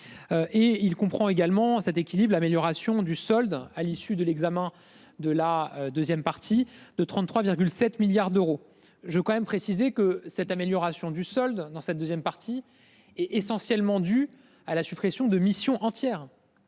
Et il comprend également cet équilibre l'amélioration du solde à l'issue de l'examen de la 2ème partie de 33,7 milliards d'euros je quand même préciser que cette amélioration du solde dans sa 2ème partie est essentiellement due à la suppression de missions entière.--